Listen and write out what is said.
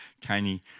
tiny